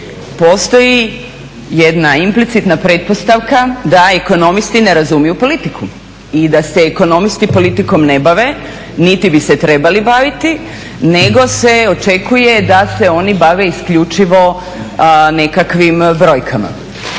postoji jedna implicitna pretpostavka da ekonomisti ne razumiju politiku i da se ekonomisti politikom ne bave, niti bi se trebali baviti nego se očekuje da se oni bave isključivo nekakvim brojkama.